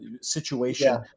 situation